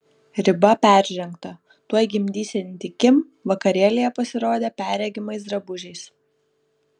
riba peržengta tuoj gimdysianti kim vakarėlyje pasirodė perregimais drabužiais